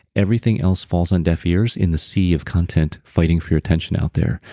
everything else falls on deaf ears in the sea of content, fighting for your attention out there.